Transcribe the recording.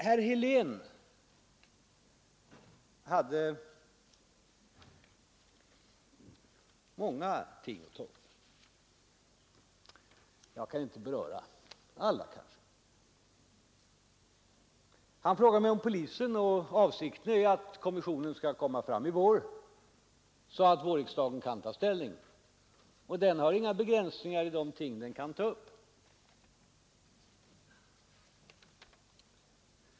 Herr Helén tog upp många ting, och jag kan inte beröra alla. Han frågade mig t.ex. om polisen. Avsikten är att kommissionen skall lägga fram förslag i vår, så att riksdagen sedan kan ta ställning, och det finns inga begränsningar i dess rätt att ta upp olika saker.